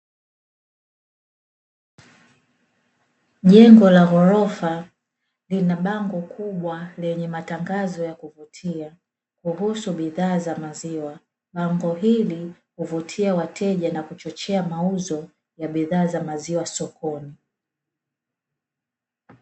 Jengo la ghorofa lina bango kubwa lenye matangazo ya kuvutia kuhusu bidhaa za maziwa bango hili huvutia wateja na kuchochea mauzo ya bidhaa za maziwa sokoni.